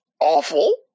awful